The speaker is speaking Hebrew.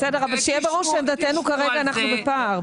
בסדר, אבל שיהיה ברור שעמדתנו שכרגע אנחנו בפער.